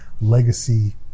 legacy